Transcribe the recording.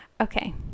Okay